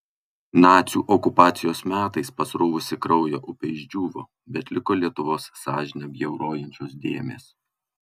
nacių okupacijos metais pasruvusi kraujo upė išdžiūvo bet liko lietuvos sąžinę bjaurojančios dėmės